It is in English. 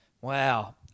Wow